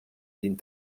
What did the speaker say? din